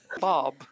Bob